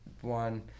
one